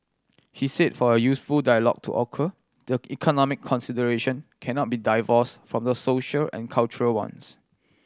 he said for a useful dialogue to occur the economic consideration cannot be divorced from the social and cultural ones